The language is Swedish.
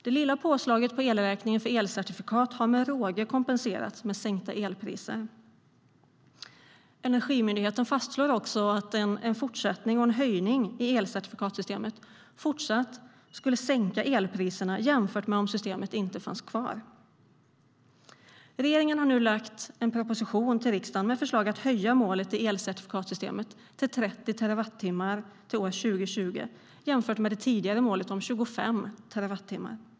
Det lilla påslaget på elräkningen för certifikat har med råge kompenserats med sänkta elpriser. Energimyndigheten fastslår också att en fortsättning och höjning i elcertifikatssystemet fortsatt skulle sänka elpriserna jämfört med om systemet inte fanns kvar. Regeringen har nu lagt fram en proposition till riksdagen med förslag om att höja målet i elcertifikatssystemet till 30 terawattimmar till år 2020, jämfört med det tidigare målet om 25 terawattimmar.